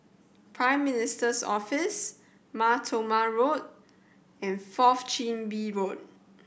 Prime Minister's Office Mar Thoma Road and Fourth Chin Bee Road